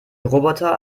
roboter